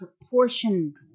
proportioned